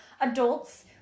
adults